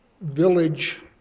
village